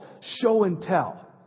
show-and-tell